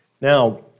Now